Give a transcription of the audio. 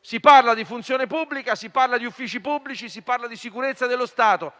si parla di funzione pubblica, si parla di uffici pubblici, di sicurezza dello Stato,